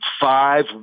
five